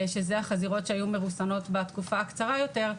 שזה החזירות שהיו מרוסנות בתקופה הקצרה יותר,